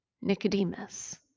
Nicodemus